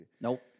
Nope